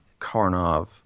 Karnov